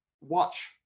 watch